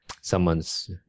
someone's